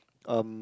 um